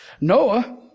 Noah